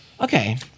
Okay